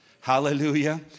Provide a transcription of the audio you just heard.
Hallelujah